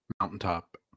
Mountaintop